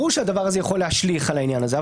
ברור שהדבר הזה יכול להשליך על העניין הזה.